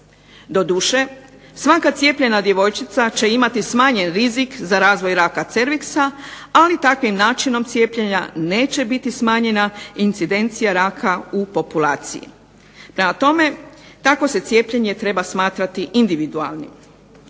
Doduše, svaka cijepljena djevojčica će imati smanjen rizik za razvoj raka cerviksa, ali takvim načinom cijepljenja neće biti smanjena incidencija raka u populaciji. Prema tome, takvo se cijepljenje treba smatrati individualnim.